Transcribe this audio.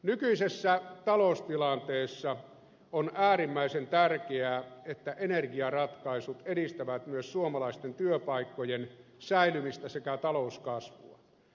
nykyisessä taloustilanteessa on äärimmäisen tärkeää että energiaratkaisut edistävät myös suomalaisten työpaikkojen säilymistä sekä talouskasvua